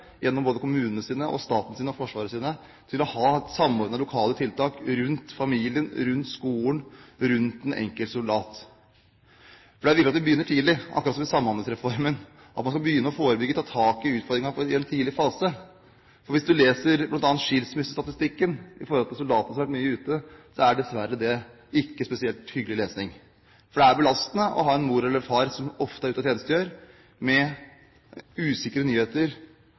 gjennom kommunen, staten og Forsvaret, til å samordne lokale tiltak rundt familie, skole og den enkelte soldat. For det er viktig at vi begynner tidlig, akkurat som i Samhandlingsreformen, at man skal forebygge og ta tak i utfordringer i en tidlig fase. Hvis man bl.a. leser skilsmissestatistikken, og ser på soldater som har vært mye ute, er det, dessverre, ikke spesielt hyggelig lesning. Det er belastende å ha en mor eller far som ofte er ute og tjenestegjør – med usikre nyheter,